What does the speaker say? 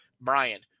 Brian